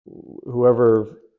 whoever